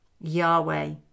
Yahweh